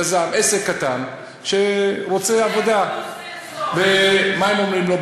יזם, עסק קטן שרוצה עבודה, מה אומרים לו?